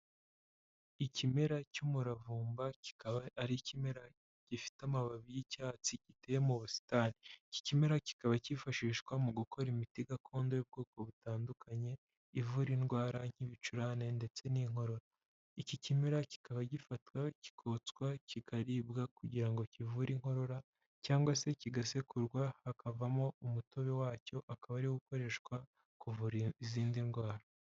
Ikimera cy'umuravumba kikaba ari ikimera gifite amababi y'icyatsi giteye mu busitani ,iki kimera kikaba kifashishwa mu gukora imiti gakondo y'ubwoko butandukanye ivura indwara nk'ibicurane ndetse n'inkorora. Iki kimera kikaba gifatwa kikotswa kikaribwa kugira ngo kivure inkorora cyangwa se kigasekurwa hakavamo umutobe wacyo akaba ariwo ukoreshwa kuvurira izindi ndwara